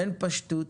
אין פשטות,